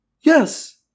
Yes